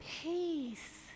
peace